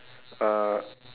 uh